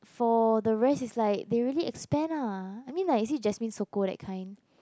for the rest is like they really expand ah I mean like you see Jasmine Sokko that kind